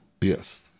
Yes